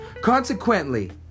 consequently